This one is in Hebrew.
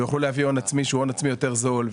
ויוכלו להביא הון עצמי שהוא הון עצמי יותר זול.